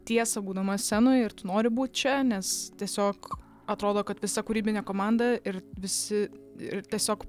tiesą būdamas scenojeir tu nori būt čia nes tiesiog atrodo kad visa kūrybinė komanda ir visi ir tiesiog